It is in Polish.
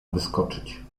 wyskoczyć